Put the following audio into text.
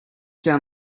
down